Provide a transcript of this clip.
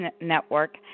Network